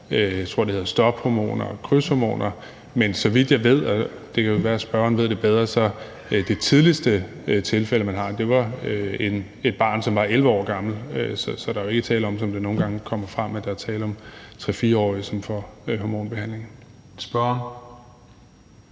jeg tror, det hedder stophormoner og krydshormoner, og så vidt jeg ved, og det kan jo være, spørgeren ved det bedre, er det tidligste tilfælde, man har, et barn, som var 11 år gammelt. Så der er jo ikke tale om, som det nogle gange fremkommer, 3-4-årige, som får hormonbehandlinger.